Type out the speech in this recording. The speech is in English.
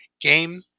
Game